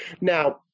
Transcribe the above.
Now